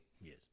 Yes